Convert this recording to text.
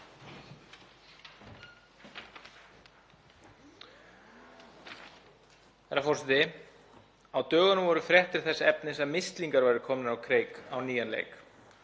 Herra forseti. Á dögunum voru fréttir þess efnis að mislingar væru komnir á kreik á nýjan leik.